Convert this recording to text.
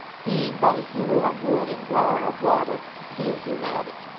being but a hewer of wood and drawer of water, she is rheumatic.